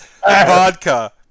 Vodka